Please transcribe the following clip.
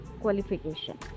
qualification